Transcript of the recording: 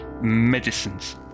medicines